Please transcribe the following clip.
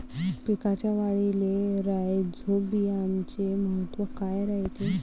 पिकाच्या वाढीले राईझोबीआमचे महत्व काय रायते?